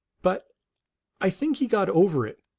but i think he got over it,